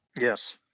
Yes